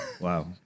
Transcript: wow